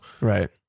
right